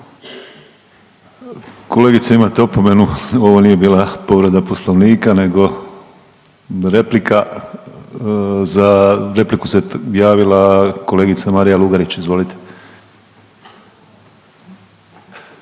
Kolegice imate opomenu, ovo nije bila povreda Poslovnika nego replika. Za repliku se javila kolegica Marija Lugarić, izvolite.